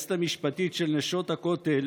היועצת המשפטית של נשות הכותל